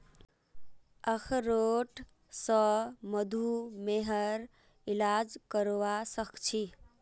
अखरोट स मधुमेहर इलाज करवा सख छी